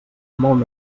molt